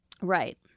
Right